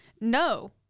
no